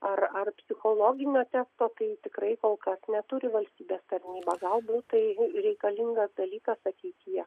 ar ar psichologinio testo tai tikrai kol kas neturi valstybės tarnyba galbūt tai nu reikalingas dalykas ateityje